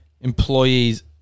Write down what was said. employees